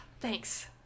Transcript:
thanks